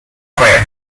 creed